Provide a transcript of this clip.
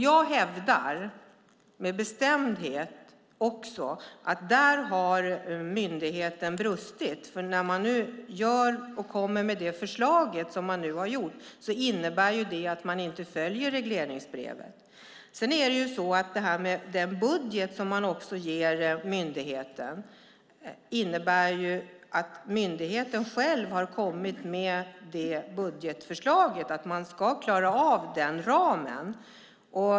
Jag hävdar också med bestämdhet att myndigheten har brustit där. När den nu kommer med det förslag den har gjort innebär det nämligen att den inte följer regleringsbrevet. Sedan är det så att den budget man ger myndigheten innebär att myndigheten själv har kommit med budgetförslag och säger att den ska klara av den ramen.